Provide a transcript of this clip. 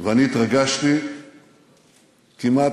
ואני התרגשתי כמעט